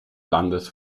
landes